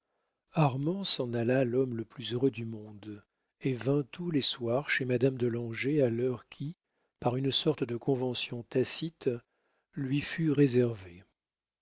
s'en alla l'homme le plus heureux du monde et vint tous les soirs chez madame de langeais à l'heure qui par une sorte de convention tacite lui fut réservée